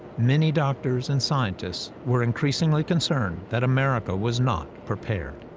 many doctors and scientists were increasingly concerned that america was not prepared.